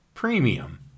premium